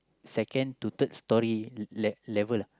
second to third story le~ level ah